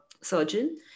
surgeon